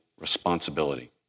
responsibility